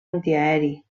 antiaeri